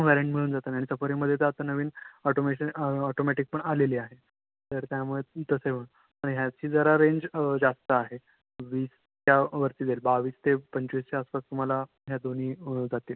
variant मिळून जातात आणि सफारीमध्ये तर आता नवीन ऑटोमॅशन ऑटोमॅटीक पण आलेली आहे तर त्यामुळे ते तसे होते पण ह्याची जरा रेंज जास्त आहे वीसच्यावरती जाईल बावीस ते पंचवीसच्या आसपास तुम्हाला ह्या दोन्ही जातील